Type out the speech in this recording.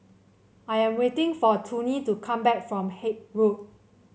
I am waiting for Toney to come back from Haig Road